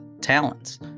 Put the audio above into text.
talents